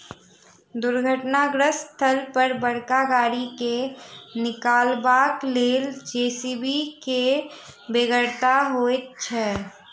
दुर्घटनाग्रस्त स्थल पर बड़का गाड़ी के निकालबाक लेल जे.सी.बी के बेगरता होइत छै